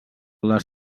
les